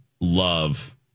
love